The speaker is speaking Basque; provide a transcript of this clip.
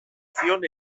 zion